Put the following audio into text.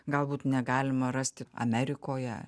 galbūt negalima rasti amerikoje